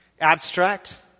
abstract